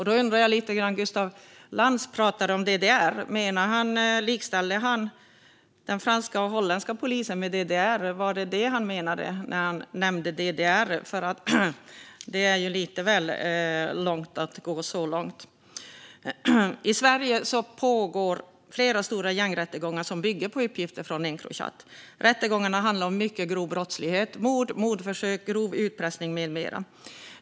Där undrar jag om Gustaf Lantz, när han pratade om DDR, menade att han likställer den franska och den holländska polisen med DDR? Det vore att gå lite väl långt. I Sverige pågår flera stora gängrättegångar som bygger på uppgifter från Encrochat. Rättegångarna handlar om mycket grov brottslighet: mord, mordförsök, grov utpressning med mera.